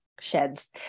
sheds